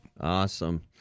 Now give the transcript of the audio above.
Awesome